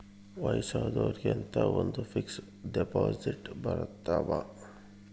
ವಯಸ್ಸಾದೊರ್ಗೆ ಅಂತ ಒಂದ ಫಿಕ್ಸ್ ದೆಪೊಸಿಟ್ ಬರತವ